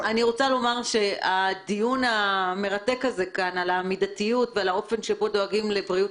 לומר שהדיון המרתק כאן על המידתיות ועל האופן שבו דואגים לבריאות